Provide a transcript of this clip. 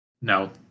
No